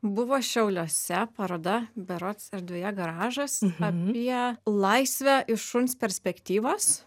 buvo šiauliuose paroda berods erdvėje garažas apie laisvę iš šuns perspektyvos